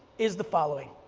is the following.